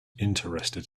interested